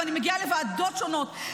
ואני מגיעה לוועדות שונות,